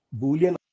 boolean